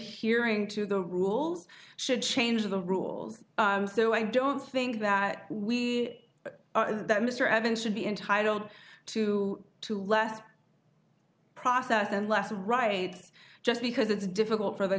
hearing to the rules should change the rules though i don't think that we that mr evans should be entitled to to less processed and less right just because it's difficult for the